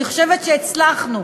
אני חושבת שהצלחנו,